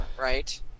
right